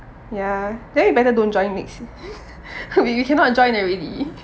ya then we better don't join next year we cannot join already